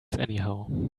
anyhow